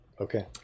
Okay